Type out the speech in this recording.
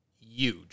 huge